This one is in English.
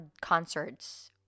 concerts